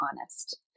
honest